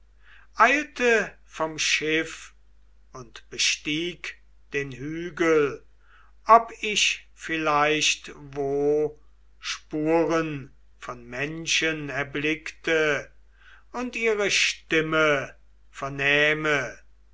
eilte vom schiff und bestieg den hügel ob ich vielleicht wo spuren von menschen erblickte und ihre stimme vernähme